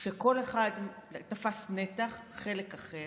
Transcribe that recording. שכל אחד תפס נתח, חלק אחר.